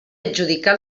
adjudicar